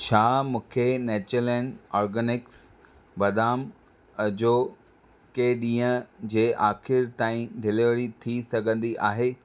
छा मूंखे Natureland Organics बादाम अॼोके ॾींहुं जे आख़िरि ताईं डिलीवरी थी सघंदी आहे